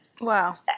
Wow